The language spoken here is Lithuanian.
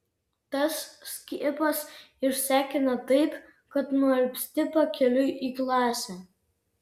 tas skiepas išsekina taip kad nualpsti pakeliui į klasę